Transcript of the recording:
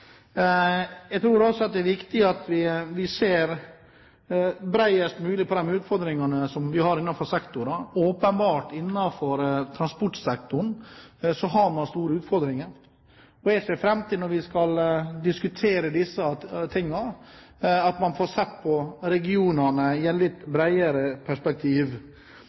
Jeg tror også det er viktig at vi ser bredest mulig på de utfordringene vi har innenfor sektorene – åpenbart har man store utfordringer innenfor transportsektoren. Jeg ser fram til – når vi skal diskutere disse tingene – at vi får sett på regionene i et litt bredere perspektiv.